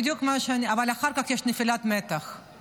אבל אחר כך יש נפילת מתח,